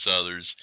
others